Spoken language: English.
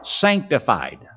sanctified